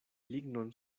lignon